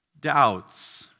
doubts